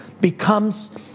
becomes